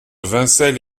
vincelles